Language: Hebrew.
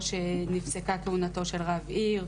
או שנפסקה כהונתו של רב עיר,